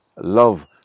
Love